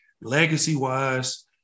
legacy-wise